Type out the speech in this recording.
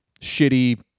shitty